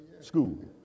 school